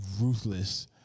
ruthless